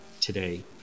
today